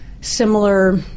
similar